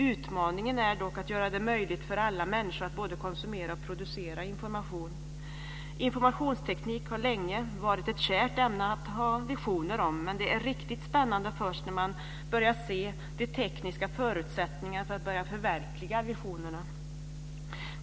Utmaningen är att göra det möjligt för alla människor att både konsumera och producera information. Informationsteknik har länge varit ett kärt ämne att ha visioner om. Men det är riktigt spännande först när man börjar se de tekniska förutsättningarna för att börja förverkliga visionerna.